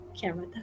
camera